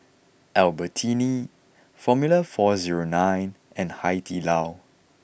Albertini Formula four zero nine and Hai Di Lao